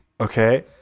Okay